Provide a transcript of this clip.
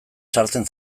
sartzen